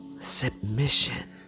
submission